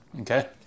Okay